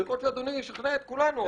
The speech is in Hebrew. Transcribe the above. יכול להיות שאדוני ישכנע את כולנו,